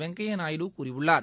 வெங்கப்யா நாயுடு கூறியுள்ளார்